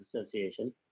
Association